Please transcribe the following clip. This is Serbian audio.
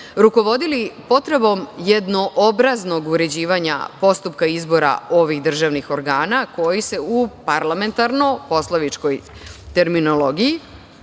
rukovodili potrebom jednoobraznog uređivanja postupka izbora ovih državnih organa koji se u parlamentarno-poslovničkoj terminologiji